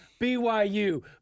BYU